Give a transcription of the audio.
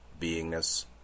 beingness